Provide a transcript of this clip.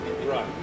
right